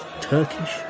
Turkish